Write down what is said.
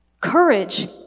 Courage